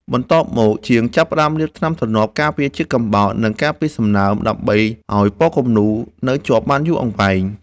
បន្ទាប់មក ជាងចាប់ផ្ដើមលាបថ្នាំទ្រនាប់ការពារជាតិកំបោរ និងការពារសំណើម ដើម្បីឱ្យពណ៌គំនូរនៅជាប់បានយូរអង្វែង។